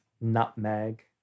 nutmeg